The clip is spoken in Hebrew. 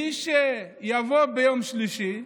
מי שיבוא ביום שלישי,